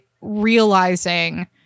realizing